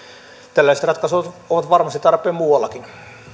tällaiset ratkaisut ovat varmasti tarpeen muuallakin